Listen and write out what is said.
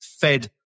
Fed